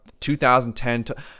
2010